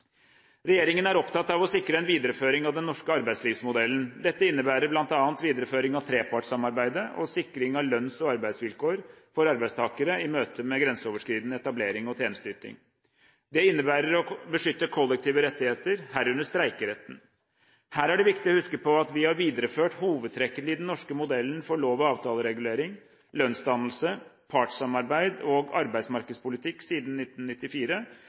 Regjeringen er opptatt av å sikre en videreføring av den norske arbeidslivsmodellen. Dette innebærer bl.a. videreføring av trepartssamarbeidet og sikring av lønns- og arbeidsvilkår for arbeidstakere i møtet med grenseoverskridende etablering og tjenesteyting. Det innebærer å beskytte kollektive rettigheter, herunder streikeretten. Her er det viktig å huske på at vi har videreført hovedtrekkene i den norske modellen for lov- og avtaleregulering, lønnsdannelse, partssamarbeid og arbeidsmarkedspolitikk siden 1994